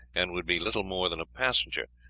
and would be little more than a passenger,